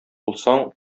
булсаң